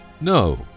No